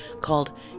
called